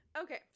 Okay